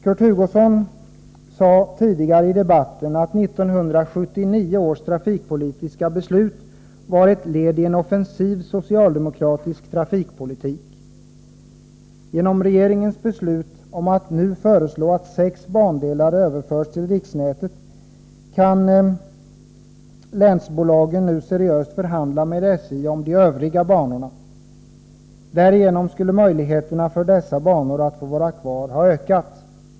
Kurt Hugosson sade tidigare i debatten att 1979 års trafikpolitiska beslut var ett led i en offensiv socialdemokratisk trafikpolitik. Genom regeringens beslut att nu föreslå att sex bandelar överförs till riksnätet kan länsbolagen seriöst förhandla med SJ om de övriga banorna, hette det. Därigenom skulle möjligheterna för dessa banor att få vara kvar ha ökat.